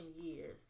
years